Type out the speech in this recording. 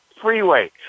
freeway